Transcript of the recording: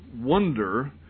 wonder